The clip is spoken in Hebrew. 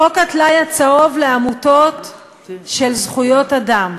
חוק הטלאי הצהוב לעמותות של זכויות אדם,